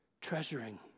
Treasuring